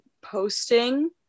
posting